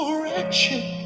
wretched